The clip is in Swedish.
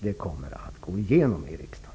Det kommer att gå igenom i riksdagen.